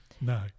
No